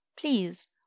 please